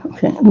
Okay